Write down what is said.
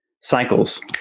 cycles